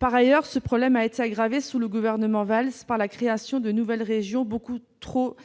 Par ailleurs, ce problème a été aggravé sous le gouvernement Valls par la création de nouvelles régions beaucoup trop étendues.